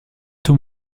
tôt